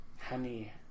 Honey